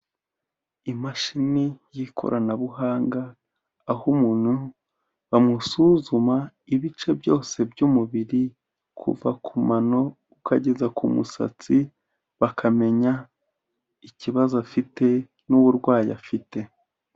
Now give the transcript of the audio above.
Imashini y'ikoranabuhanga, aho umuntu bamusuzuma ibice byose by'umubiri kuva ku mano ukageza ku musatsi, bakamenya ikibazo afite n'uburwayi afite.